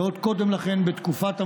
ועוד קודם לכן, בתקופת המחתרות,